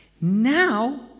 Now